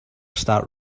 start